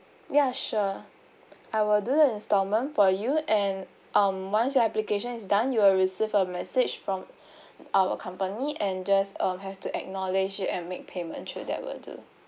ya sure I will do the instalment for you and um once your application is done you'll receive a message from our company and just um have to acknowledge it and make payment through that will do